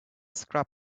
scrub